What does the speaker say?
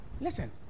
listen